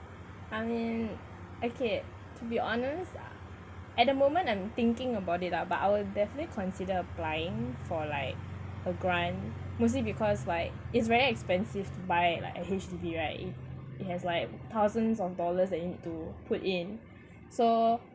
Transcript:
I mean okay to be honest at the moment I'm thinking about it lah but I'll definitely consider applying for like a grant mostly because why it's very expensive to buy like a H_D_B right it has like thousands of dollars that you need to put in so